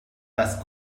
das